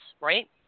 right